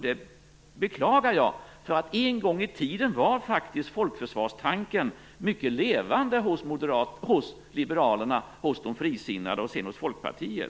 Jag beklagar det, för en gång i tiden var faktiskt folkförsvarstanken mycket levande hos liberalerna, hos de frisinnade och sedan hos Folkpartiet.